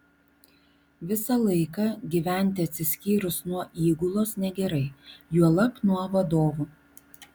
visą laiką gyventi atsiskyrus nuo įgulos negerai juolab nuo vadovų